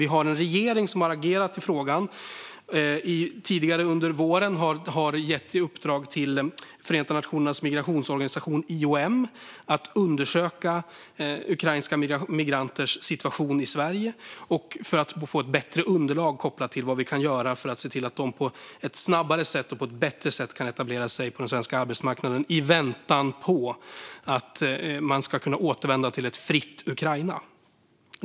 Vi har en regering som har agerat i frågan och som tidigare under våren har gett i uppdrag till Förenta nationernas migrationsorganisation IOM att undersöka ukrainska migranters situation i Sverige för att få ett bättre underlag kopplat till vad vi kan göra för att se till att de på ett snabbare och bättre sätt kan etablera sig på den svenska arbetsmarknaden i väntan på att de kan återvända till ett fritt Ukraina.